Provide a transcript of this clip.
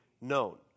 known